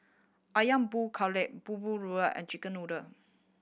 Ayam Buah Keluak bahulu and chicken noodle